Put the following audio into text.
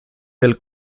del